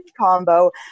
combo